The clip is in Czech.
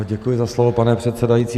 Děkuji za slovo, pane předsedající.